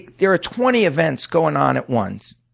there are twenty events going on at once.